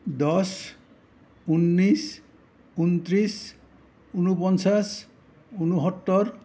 দহ ঊনৈছ ঊনত্ৰিছ ঊনপঞ্চাছ ঊনসত্তৰ